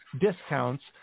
discounts